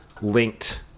linked